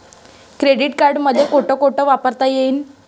Credit card मले कोठ कोठ वापरता येईन?